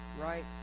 right